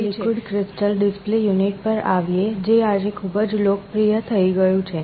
ચાલો હવે liquid crystal display unit પર આવીએ જે આજે ખૂબ જ લોકપ્રિય થઈ ગયું છે